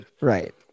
Right